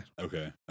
Okay